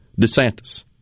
DeSantis